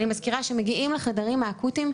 אני מזכירה שמגיעים לחדרים האקוטיים,